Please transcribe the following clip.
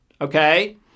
Okay